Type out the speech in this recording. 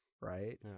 right